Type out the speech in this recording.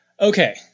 okay